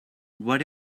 what